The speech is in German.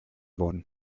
worden